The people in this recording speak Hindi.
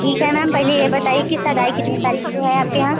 ठीक है मैम पहले ये बताइए कि सगाई कितने तारीख को है आपके यहाँ